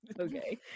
okay